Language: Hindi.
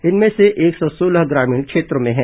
इनमें एक सौ सोलह ग्रामीण क्षेत्रों में हैं